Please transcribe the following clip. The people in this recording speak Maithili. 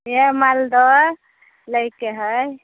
इएह मालदह लैके हए